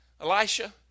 Elisha